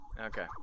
Okay